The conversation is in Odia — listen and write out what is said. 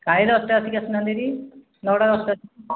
କାଲି ଦଶଟା ବେଶିକି ଆସୁନାହାନ୍ତି ହେରି ନଅଟା ଦଶଟା